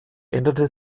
änderte